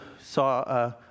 saw